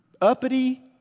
uppity